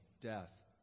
death